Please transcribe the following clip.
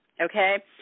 Okay